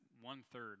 one-third